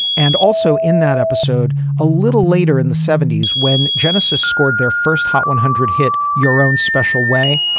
and also in that episode a little later in the seventy s, when genesis scored their first hot one hundred hit your own special way